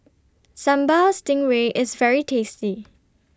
Sambal Stingray IS very tasty